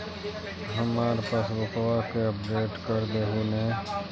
हमार पासबुकवा के अपडेट कर देहु ने?